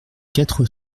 quatre